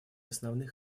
основных